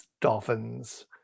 dolphins